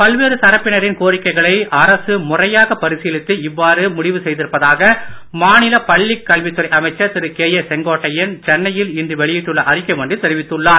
பல்வேறு தரப்பினரின் கோரிக்கைகளை அரசு முறையாக பரிசீலித்து இவ்வாறு முடிவு செய்திருப்பதாக மாநில பள்ளிக் கல்வி துறை அமைச்சர் திரு கேஏ செங்கோட்டையன் சென்னையில் இன்று வெளியிட்டுள்ள அறிக்கை ஒன்றில் தெரிவித்துள்ளார்